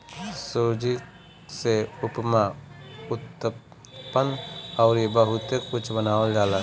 सूजी से उपमा, उत्तपम अउरी बहुते कुछ बनावल जाला